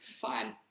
fine